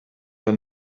del